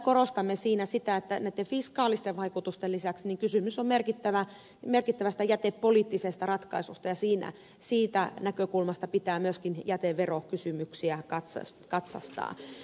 korostamme siinä sitä että näitten fiskaalisten vaikutusten lisäksi kysymys on merkittävästä jätepoliittisesta ratkaisusta ja siitä näkökulmasta pitää myöskin jäteverokysymyksiä katsastaa